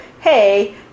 hey